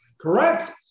correct